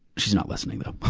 she's not listening though,